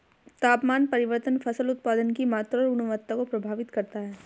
तापमान परिवर्तन फसल उत्पादन की मात्रा और गुणवत्ता को प्रभावित करता है